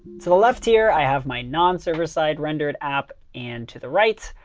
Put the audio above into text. to the left here, i have my non-server-side rendered app. and to the right,